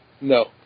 No